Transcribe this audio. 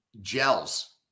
gels